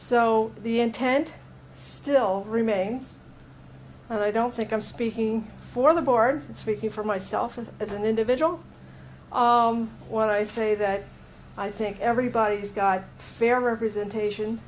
so the intent still remains and i don't think i'm speaking for the board and speaking for myself and as an individual what i say that i think everybody's got fair representation